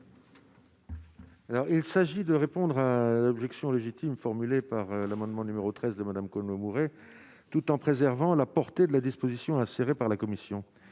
il s'agit de répondre à l'objection légitime formulées par l'amendement numéro 13 de Madame tout en préservant la portée de la disposition par la commission,